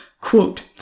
Quote